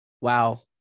wow